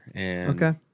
Okay